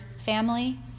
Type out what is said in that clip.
family